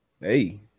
Hey